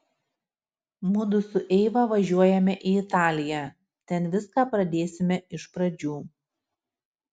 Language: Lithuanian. mudu su eiva važiuojame į italiją ten viską pradėsime iš pradžių